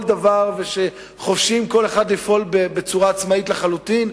דבר שחופשיים כל אחד לפעול בצורה עצמאית לחלוטין,